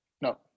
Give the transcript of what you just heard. No